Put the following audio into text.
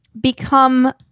become